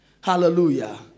Hallelujah